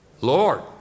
Lord